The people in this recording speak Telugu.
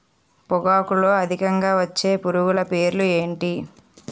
పొగాకులో అధికంగా వచ్చే పురుగుల పేర్లు ఏంటి